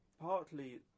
Partly